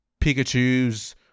Pikachus